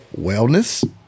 wellness